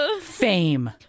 Fame